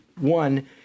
One